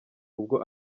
ubwo